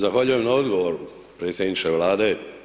Zahvaljujem na odgovoru predsjedniče Vlade.